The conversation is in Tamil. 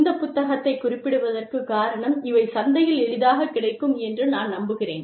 இந்த புத்தகங்களைக் குறிப்பிடுவதற்குக் காரணம் இவை சந்தையில் எளிதாகக் கிடைக்கும் என்று நான் நம்புகிறேன்